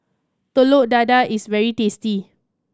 Telur Dadah is very tasty